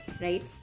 right